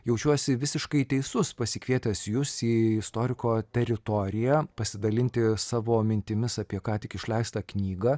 jaučiuosi visiškai teisus pasikvietęs jus į istoriko teritoriją pasidalinti savo mintimis apie ką tik išleistą knygą